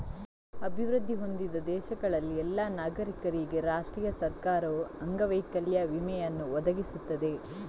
ಅಭಿವೃದ್ಧಿ ಹೊಂದಿದ ದೇಶಗಳಲ್ಲಿ ಎಲ್ಲಾ ನಾಗರಿಕರಿಗೆ ರಾಷ್ಟ್ರೀಯ ಸರ್ಕಾರವು ಅಂಗವೈಕಲ್ಯ ವಿಮೆಯನ್ನು ಒದಗಿಸುತ್ತದೆ